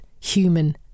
human